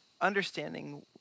understanding